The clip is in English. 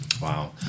Wow